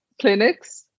clinics